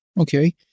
Okay